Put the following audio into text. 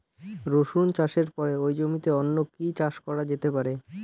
রসুন চাষের পরে ওই জমিতে অন্য কি চাষ করা যেতে পারে?